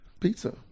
Pizza